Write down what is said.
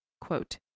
quote